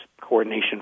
coordination